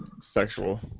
sexual